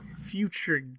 future